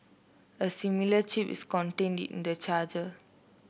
a similar chip is contained in the charger